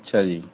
ਅੱਛਾ ਜੀ